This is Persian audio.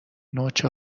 نوچه